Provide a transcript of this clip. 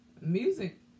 Music